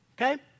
okay